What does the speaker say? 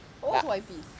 what's Y_Ps